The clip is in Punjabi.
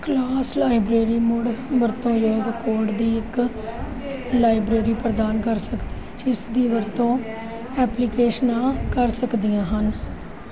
ਕਲਾਸ ਲਾਇਬ੍ਰੇਰੀ ਮੁੜ ਵਰਤੋਂ ਯੋਗ ਕੋਡ ਦੀ ਇੱਕ ਲਾਇਬ੍ਰੇਰੀ ਪ੍ਰਦਾਨ ਕਰ ਸਕਦੀ ਹੈ ਜਿਸ ਦੀ ਵਰਤੋਂ ਐਪਲੀਕੇਸ਼ਨਾਂ ਕਰ ਸਕਦੀਆਂ ਹਨ